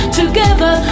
together